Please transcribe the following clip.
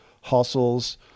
hustles